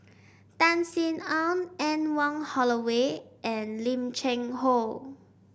Tan Sin Aun Anne Wong Holloway and Lim Cheng Hoe